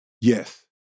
Yes